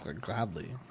gladly